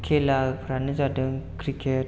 खेलाफ्रानो जादों क्रिकेट